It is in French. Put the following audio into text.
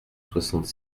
soixante